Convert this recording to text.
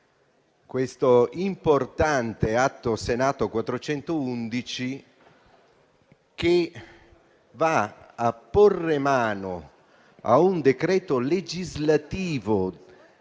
questo importante Atto Senato 411, che va a porre mano al decreto legislativo